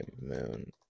moon